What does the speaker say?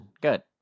Good